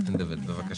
בבקשה.